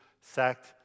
sacked